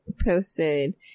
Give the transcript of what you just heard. posted